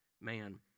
man